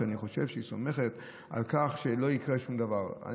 ואני חושב שהיא סומכת על כך שלא יקרה שום דבר.